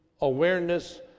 awareness